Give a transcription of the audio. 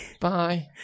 Bye